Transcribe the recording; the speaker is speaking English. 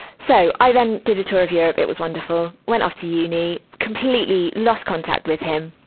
so, i then did a tour of europe it was wonderful. went after uni completely lost contact with him.